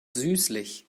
süßlich